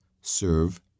serve